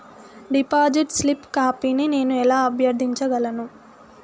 Deposit slip కాపీని నేను ఎలా అభ్యర్థించగలను?